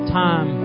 time